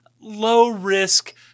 low-risk